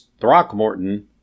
Throckmorton